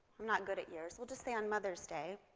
am not good at years, we'll just say on mother's day